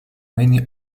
many